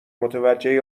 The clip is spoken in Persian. متوجه